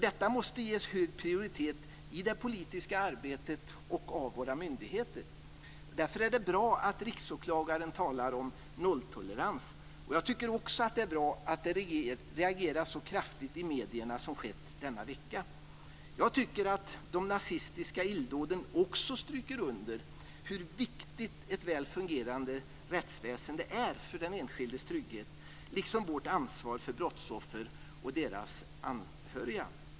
Detta måste ges hög prioritet i det politiska arbetet och av våra myndigheter. Därför är det bra att Riksåklagaren talar om nolltolerans. Jag tycker också att det är bra att det reageras så kraftigt i medierna som skett denna vecka. Jag tycker att de nazistiska illdåden också stryker under hur viktigt ett väl fungerande rättsväsende är för den enskildes trygghet, liksom vårt ansvar för brottsoffer och deras anhöriga.